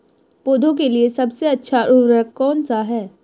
पौधों के लिए सबसे अच्छा उर्वरक कौन सा है?